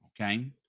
okay